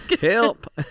Help